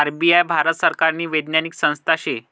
RBI Bharat सरकारनी वैधानिक संस्था शे